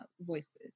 voices